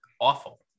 awful